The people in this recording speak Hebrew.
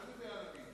מה זה דיין עמית?